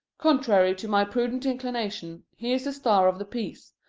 contrary to my prudent inclinations, he is the star of the piece,